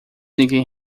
ninguém